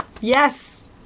yes